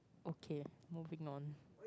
okay moving on